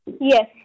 yes